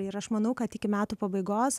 ir aš manau kad iki metų pabaigos